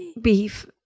beef